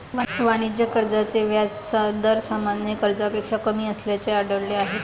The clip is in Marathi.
वाणिज्य कर्जाचे व्याज दर सामान्य कर्जापेक्षा कमी असल्याचे आढळले आहे